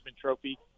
Trophy